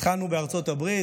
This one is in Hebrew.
התחלנו בארצות הברית.